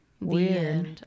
weird